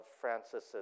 Francis's